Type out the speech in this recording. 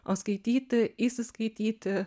o skaityti įsiskaityti